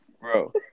Bro